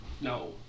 No